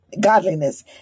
Godliness